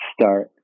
Start